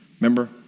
Remember